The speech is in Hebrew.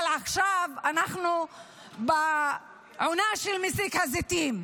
אבל עכשיו אנחנו בעונה של מסיק הזיתים.